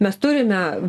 mes turime